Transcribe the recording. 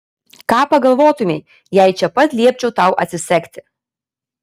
ką pagalvotumei jei čia pat liepčiau tau atsisegti